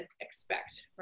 expect